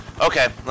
okay